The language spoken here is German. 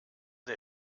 der